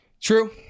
True